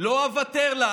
/ לא אוותר לה.